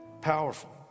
Powerful